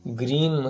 green